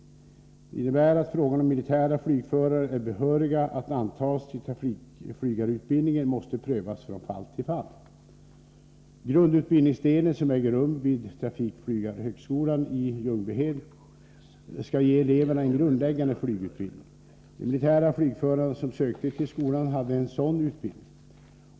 Detta innebär att frågan om militära flygförare är behöriga att antas till trafikflygarutbildning måste prövas från fall till fall. Grundutbildningsdelen, som äger rum vid trafikflygarhögskolan i Ljungbyhed, skall ge eleverna en grundläggande flygutbildning. De militära flygförarna som sökte till skolan hade en sådan utbildning.